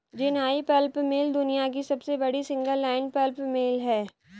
Jinhai pulp mill दुनिया की सबसे बड़ी सिंगल लाइन पल्प मिल है